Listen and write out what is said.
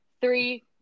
Three